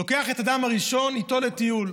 לוקח את האדם הראשון איתו לטיול,